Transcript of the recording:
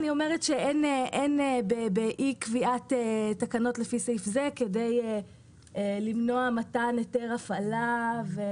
אין באי קביעת תקנות לפי סעיף זה כדי למנוע מתן היתר הפעלה.